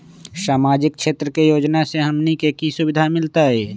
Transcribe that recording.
सामाजिक क्षेत्र के योजना से हमनी के की सुविधा मिलतै?